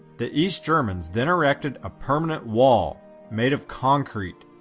the east germans then erected a permanent wall made of concrete,